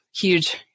huge